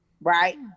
right